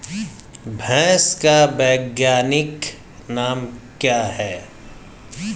भैंस का वैज्ञानिक नाम क्या है?